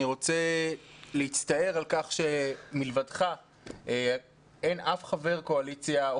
אני רוצה להצטער על כך שמלבדך אין אף חבר קואליציה או